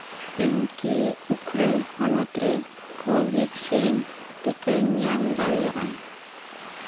ᱤᱧᱠᱤ ᱩᱠᱷᱨᱟᱹᱞ ᱦᱚᱱᱚᱛ ᱨᱮ ᱠᱳ ᱵᱷᱮᱠᱥᱤᱱ ᱴᱤᱠᱟᱹᱧ ᱧᱟᱢ ᱫᱟᱲᱮᱭᱟᱜᱼᱟ